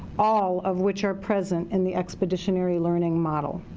all of which are present in the expeditionary learning model.